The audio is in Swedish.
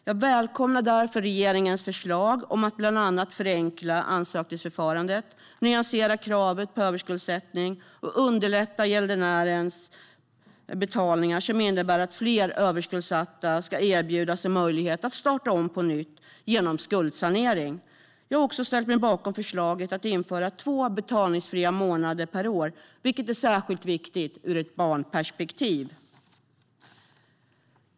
Jag välkomnar därför regeringens förslag om att bland annat förenkla ansökningsförfarandet, nyansera kravet på överskuldsättning och underlätta gäldenärens betalningar, vilket innebär att fler överskuldsatta ska erbjudas en möjlighet att starta om på nytt genom skuldsanering. Jag har också ställt mig bakom förslaget om två betalningsfria månader per år, vilket är särskilt viktigt ur ett barnperspektiv.